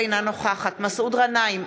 אינה נוכחת מסעוד גנאים,